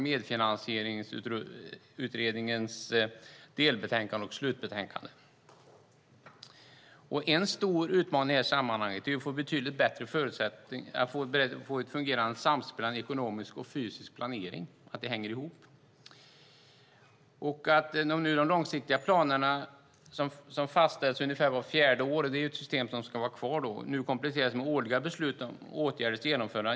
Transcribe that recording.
Medfinansieringsutredningens delbetänkande och slutbetänkande finns också med. En stor utmaning i sammanhanget är att få betydligt bättre förutsättningar för ett fungerande samspel mellan ekonomisk och fysisk planering. Det ska hänga ihop. De långsiktiga planerna som fastställs ungefär vart fjärde år - vilket är ett system som ska vara kvar - kompletteras nu med årliga beslut om åtgärders genomförande.